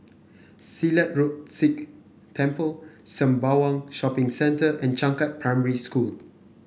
Silat Road Sikh Temple Sembawang Shopping Centre and Changkat Primary School